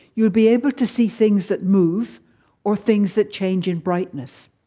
you'd be able to see things that move or things that change in brightness.